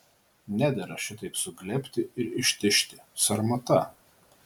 nedera šitaip suglebti ir ištižti sarmata